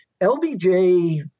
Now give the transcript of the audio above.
LBJ